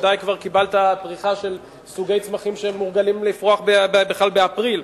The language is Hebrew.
ודאי כבר קיבלת פריחה של סוגי צמחים שמורגלים לפרוח בכלל באפריל.